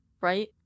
Right